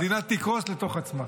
המדינה תקרוס לתוך עצמה.